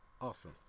Awesome